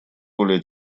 более